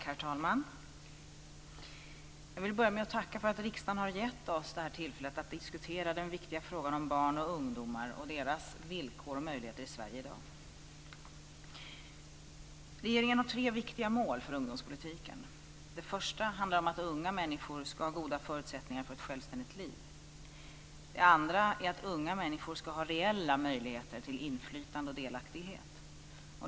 Herr talman! Jag vill börja med att tacka för att riksdagen har gett oss detta tillfälle att diskutera den viktiga frågan om barn och ungdomar och deras villkor och möjligheter i Sverige i dag. Regeringen har tre viktiga mål för ungdomspolitiken. Det första handlar om att unga människor ska ha goda förutsättningar för ett självständigt liv. Det andra är att unga människor ska ha reella möjligheter till inflytande och delaktighet.